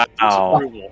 Wow